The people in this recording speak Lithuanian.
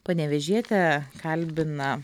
panevėžietę kalbina